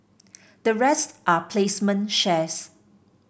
the rest are placement shares